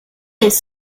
les